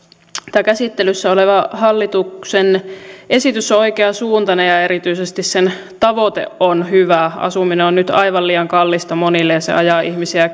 tämä käsittelyssä oleva hallituksen esitys on oikeansuuntainen ja erityisesti sen tavoite on hyvä asuminen on nyt aivan liian kallista monille ja se ajaa ihmisiä